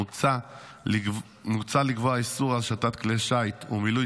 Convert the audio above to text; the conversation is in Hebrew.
מוצע לקבוע איסור על השטת כלי שיט או מילוי